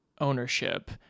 ownership